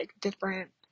different